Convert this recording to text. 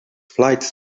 flight